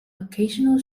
occasional